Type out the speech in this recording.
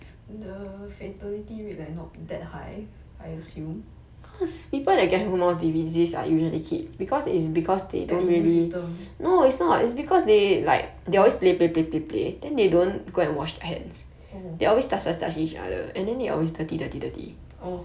the fatality rate like not that high I assume their immune system oh oh